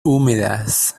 húmedas